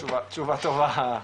תשובה טובה.